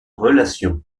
relation